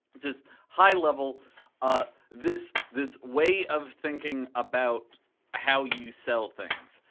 just high level ah this this way of thinking about how you sell things,